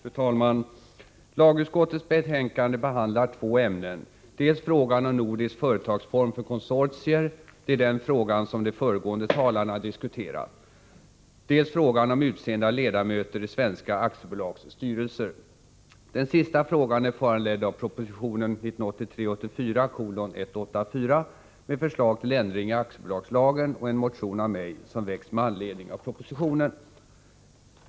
Fru talman! Lagutskottets betänkande behandlar två ämnen: Dels frågan om nordisk företagsform för konsortier — det är den frågan som de föregående talarna diskuterat — dels frågan om utseende av ledamöter i svenska aktiebolags styrelser. Den sista frågan är föranledd av propositionen 1983/84:184 med förslag till ändring i aktiebolagslagen och en motion av mig som väckts med anledning av propositionen.